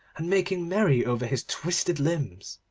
and making merry over his twisted limbs.